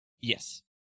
Yes